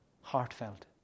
heartfelt